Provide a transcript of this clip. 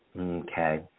Okay